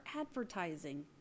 advertising